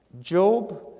Job